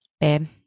Babe